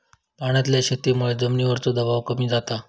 पाण्यातल्या शेतीमुळे जमिनीवरचो दबाव कमी जाता